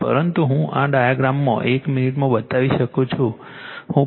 પરંતુ હું આ ડાયાગ્રામમાં એક મિનિટમાં બતાવી શકું છું